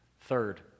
Third